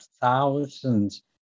thousands